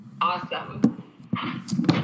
Awesome